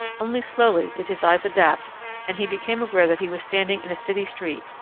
only slowly did his eyes adapt and he became aware that he was standing in a city street,